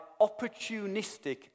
opportunistic